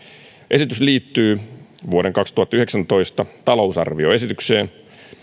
esitys liittyy vuoden kaksituhattayhdeksäntoista talousarvioesitykseen